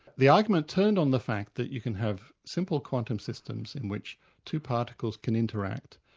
the argument turned on the fact that you can have simple quantum systems in which two particles can interact,